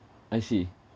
I see